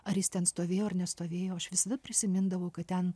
ar jis ten stovėjo ar nestovėjo aš visada prisimindavau kad ten